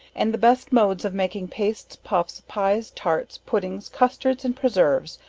and the best modes of making pastes, puffs, pies, tarts, puddings, custards and preserves,